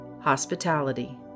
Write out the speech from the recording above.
hospitality